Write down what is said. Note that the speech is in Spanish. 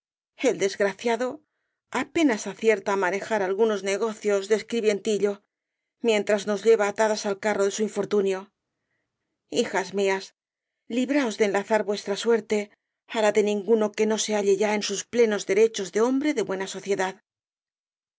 el desgraciado apenas acierta á rosalía de castro manejar algunos negocios de escribientillo mientras nos lleva atadas al carro de su infortunio hijas mías libraos de enlazar vuestra suerte á la de ninguno que no se halle ya en sus plenos derechos de hombre de buena sociedad